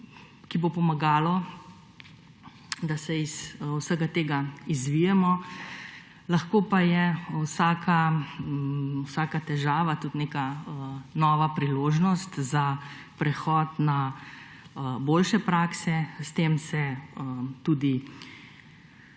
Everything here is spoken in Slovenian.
ki bo pomagalo, da se iz vsega tega izvijemo. Lahko pa je vsaka težava tudi neka nova priložnost za prehod na boljše prakse, s tem tudi